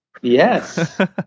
Yes